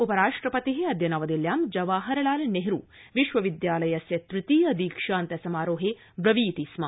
उपराष्ट्रपति अद्य नवदिल्ल्यां जवाहरलाल नेहरू विश्वविद्यालयस्य तृतीय दीक्षांत समारोहे ब्रवीति स्म